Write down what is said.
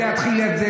זה יתחיל עם זה,